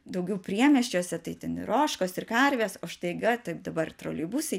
daugiau priemiesčiuose tai ten ir ožkos ir karvės o štaiga taip dabar troleibusai